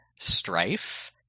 strife